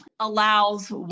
allows